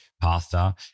pasta